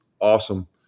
awesome